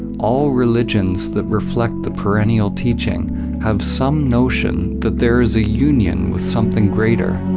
all religions that reflect the perennial teaching have some notion that there is a union with something greater,